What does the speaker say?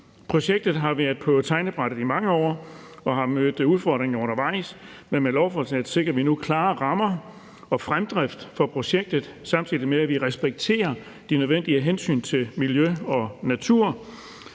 Projektet har været på tegnebrættet i mange år og har mødt udfordringer undervejs. Men med lovforslaget sikrer vi nu klare rammer og fremdrift for projektet, samtidig med at vi respekterer de nødvendige hensyn til miljøet og naturen.